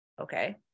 okay